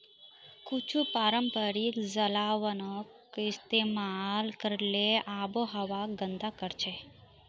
कुछू पारंपरिक जलावन इस्तेमाल करले आबोहवाक गंदा करछेक